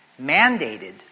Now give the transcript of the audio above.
mandated